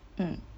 mm